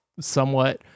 somewhat